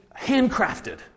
handcrafted